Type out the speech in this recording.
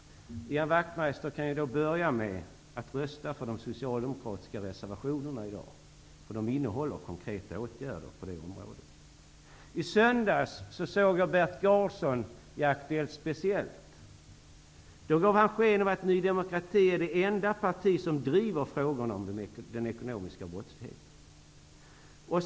Ian Wachtmeister kan då börja med att rösta för de socialdemokratiska reservationerna i dag, för de innehåller konkreta åtgärder på det området. I söndags såg jag Bert Karlsson i Aktuellt Speciellt. Då gav han sken av att Ny demokrati är det enda parti som driver frågorna om den ekonomiska brottsligheten.